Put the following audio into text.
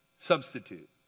substitute